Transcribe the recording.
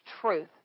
truth